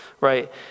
Right